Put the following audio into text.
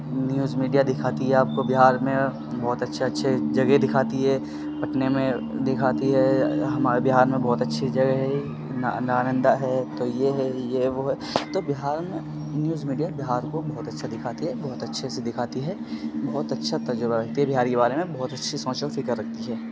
news media دکھاتی ہے آپ کو بہار میں بہت اچھے اچھے جگہ دکھاتی ہے پٹنے میں دکھاتی ہے ہمارے بہار میں بہت اچھی جگہ ہے نانندہ ہے تو یہ ہے یہ وہ ہے تو بہار میں نیوز میڈیا بہار کو بہت اچھا دکھاتی ہے بہت اچھے سے دکھاتی ہے بہت اچھا تجربہ رکھتی ہے بہار کے بارے میں بہت اچھی سوچ و فکر رکھتی ہے